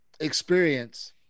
experience